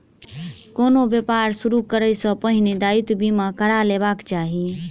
कोनो व्यापार शुरू करै सॅ पहिने दायित्व बीमा करा लेबाक चाही